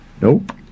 nope